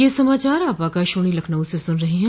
ब्रे क यह समाचार आप आकाशवाणी लखनऊ से सुन रहे हैं